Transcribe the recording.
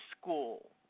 school